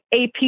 AP